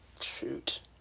shoot